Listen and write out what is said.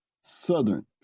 Southern